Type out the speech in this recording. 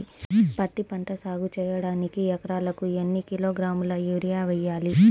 పత్తిపంట సాగు చేయడానికి ఎకరాలకు ఎన్ని కిలోగ్రాముల యూరియా వేయాలి?